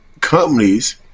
companies